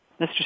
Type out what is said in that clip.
Mr